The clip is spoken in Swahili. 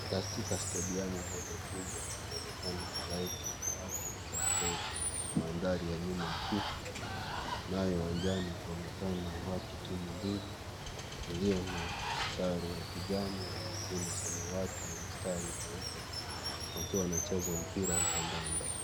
Katika stadium moja kubwa waonekana halaiki ya watu. Katika mandhari ya nyuma hafifu nayo uwanjani paonekana watu timu mbili iliyo na sare ya kijani na nyingine samawati na mistari nyeupe wakiwa wanacheza mpira wa kandanda.